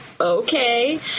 okay